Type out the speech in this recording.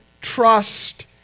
trust